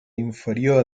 inferior